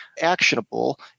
actionable